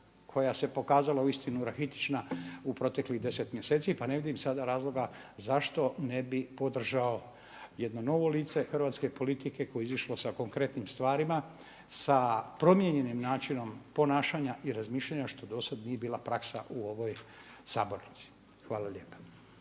koja se pokazala uistinu rahitična u proteklih 10 mjeseci pa ne vidim sada razloga zašto ne bih podržao jedno novo lice hrvatske politike koje je izašlo sa konkretnim stvarima, sa promijenjenim načinom ponašanja i razmišljanja što dosad nije bila praksa u ovoj sabornici. Hvala lijepa.